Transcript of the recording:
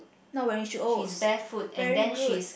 not wearing shoes very good